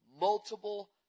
Multiple